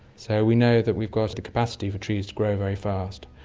so we know that we've got the capacity for trees to grow very fast.